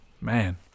man